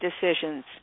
decisions